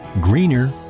greener